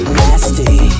nasty